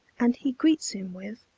and he greets him with,